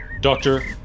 Doctor